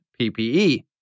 PPE